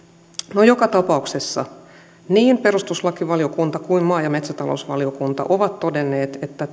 no joka tapauksessa niin perustuslakivaliokunta kuin maa ja metsätalousvaliokunta ovat todenneet että